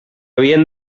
havien